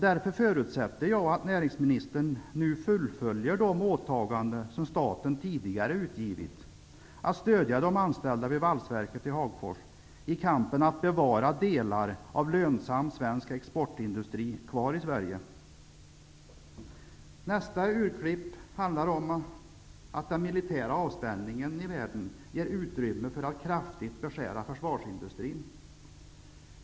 Jag förutsätter att näringsministern nu fullföljer det åtagande som staten tidigare gjort att stödja de anställda vid valsverket i Hagfors i kampen för att bevara delar av lönsam svensk exportindustri kvar i Sverige. Nästa urklipp handlar om att den militära avspänningen i världen ger utrymme för att kraftigt beskära försvarsindustrin.